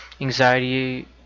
anxiety